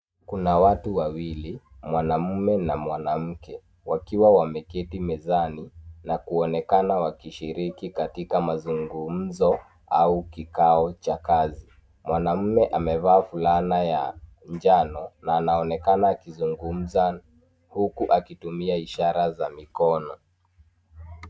Kuna watu wawili, mwanaume na mwanamke wakiwa wameketi mezani, na kuonekana wakishiriki katika mazungumzo, au kikao cha kazi. Mwanaume amevaa fulana ya njano, na anaonekana akizungumza, huku akitumia ishara za mikono.